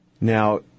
Now